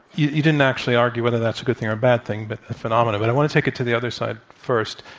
you didn't actually argue whether that's a good thing or a bad thing, but phenomenon. but i want to take it to the other side first.